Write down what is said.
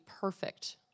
perfect